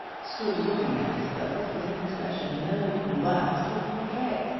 stood looking at us both with an expression no written words could portray.